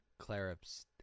Clarips